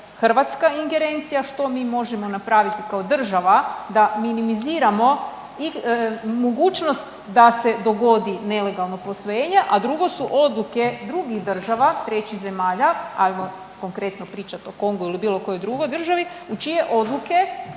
hrvatska ingerencija što mi možemo napraviti kao država da minimiziramo i mogućnost da se dogodi nelegalno posvojenje, a drugo su odluke drugih država trećih zemalja, ajmo konkretno pričati o Kongu ili bilo kojoj drugoj državi u čije odluke